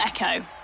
Echo